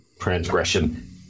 transgression